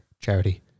charity